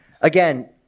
Again